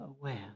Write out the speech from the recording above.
aware